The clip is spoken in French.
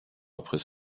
après